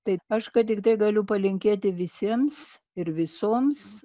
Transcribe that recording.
tai aš ką tiktai galiu palinkėti visiems ir visoms